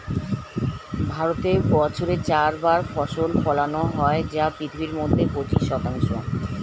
ভারতে বছরে চার বার ফসল ফলানো হয় যা পৃথিবীর মধ্যে পঁচিশ শতাংশ